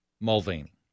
Mulvaney